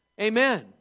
Amen